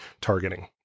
targeting